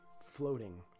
floating